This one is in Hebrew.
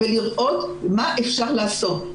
ולראות מה אפשר לעשות.